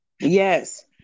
yes